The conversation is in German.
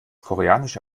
koreanische